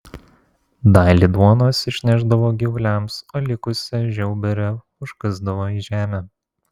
dalį duonos išnešdavo gyvuliams o likusią žiauberę užkasdavo į žemę